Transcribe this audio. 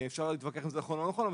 אפשר להתווכח אם זה נכון או לא נכון,